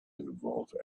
involve